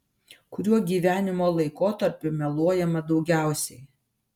kuriuo gyvenimo laikotarpiu meluojama daugiausiai